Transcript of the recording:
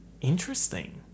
Interesting